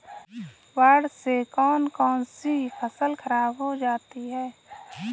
बाढ़ से कौन कौन सी फसल खराब हो जाती है?